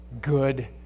Good